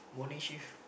morning shift